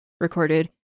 recorded